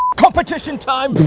competition time!